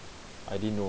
I didn't know